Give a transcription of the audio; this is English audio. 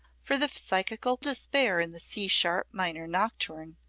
for the psychical despair in the c sharp minor nocturne,